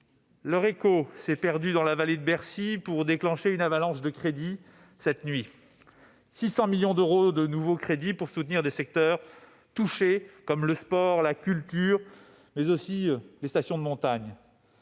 Leur écho s'est perdu dans la vallée de Bercy pour déclencher une avalanche de crédits cette nuit : 600 millions d'euros de nouveaux crédits pour soutenir des secteurs touchés, comme le sport, la culture, mais aussi les stations de montagne.